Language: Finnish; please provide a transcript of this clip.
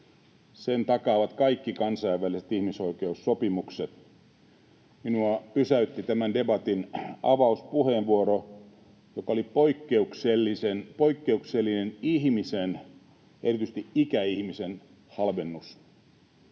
Sen takaavat kaikki kansainväliset ihmisoikeussopimukset. Minua pysäytti tämän debatin avauspuheenvuoro, joka oli poikkeuksellinen ihmisen, erityisesti ikäihmisen, halvennus.